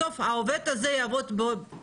בסוף העובד הזה יעבוד אצלכם.